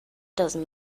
dozen